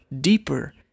deeper